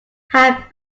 have